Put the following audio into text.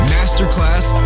Masterclass